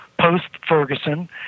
post-Ferguson